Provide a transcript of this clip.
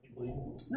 No